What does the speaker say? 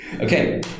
Okay